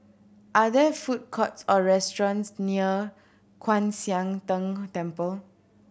are there food courts or restaurants near Kwan Siang Tng Temple